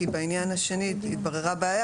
כי בעניין השני התבררה בעיה.